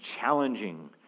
challenging